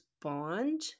bond